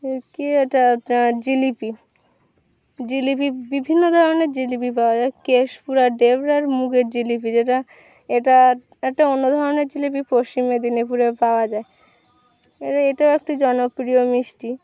কি এটা জিলিপি জিলিপি বিভিন্ন ধরনের জিলিপি পাওয়া যায় কেশপুরা মুগের জিলিপি যেটা এটা একটা অন্য ধরনের জিলিপি পশ্চিম মেদিনীপুরে পাওয়া যায় এটা এটাও একটি জনপ্রিয় মিষ্টি